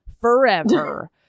forever